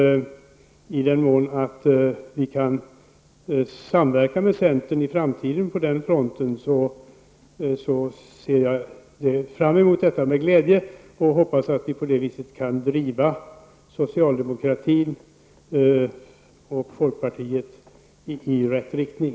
I den mån vi kan samverka med centern på den fronten i framtiden ser jag fram emot detta med glädje. Jag hoppas att vi på det viset kan driva socialdemokratin och folkpartiet i rätt riktning.